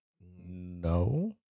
No